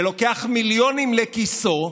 שלוקח מיליונים לכיסו,